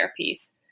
therapies